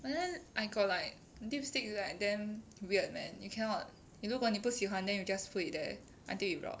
and then I got like lipstick like damn weird man you cannot 如果你不喜欢 then you just put it there until it rot